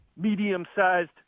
medium-sized